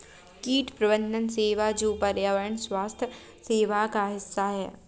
कीट प्रबंधन सेवा जो पर्यावरण स्वास्थ्य सेवा का हिस्सा है